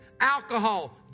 alcohol